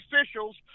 officials